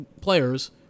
players